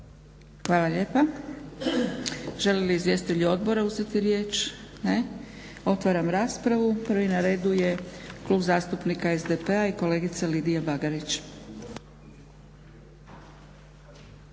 Hvala lijepa. Žele li izvjestitelji odbora uzeti riječ? Ne. Otvaram raspravu. Prvi na redu je Klub zastupnika SDP-a i kolegica Lidija Bagarić.